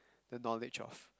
the knowledge of